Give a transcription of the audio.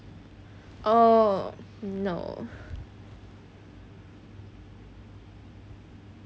oh no